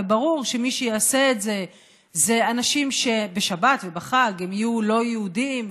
וברור שמי שיעשה את זה בשבת ובחג יהיו לא יהודים,